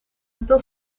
dan